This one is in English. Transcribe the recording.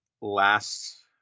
last